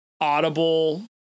audible